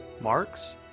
Marx